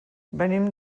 venim